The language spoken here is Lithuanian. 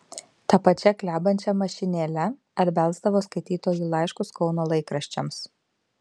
ta pačia klebančia mašinėle atbelsdavo skaitytojų laiškus kauno laikraščiams